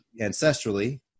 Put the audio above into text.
ancestrally